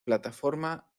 plataforma